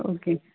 okay